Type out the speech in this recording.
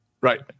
Right